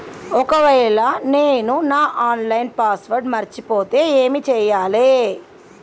ఒకవేళ నేను నా ఆన్ లైన్ పాస్వర్డ్ మర్చిపోతే ఏం చేయాలే?